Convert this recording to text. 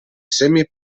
semi